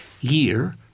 year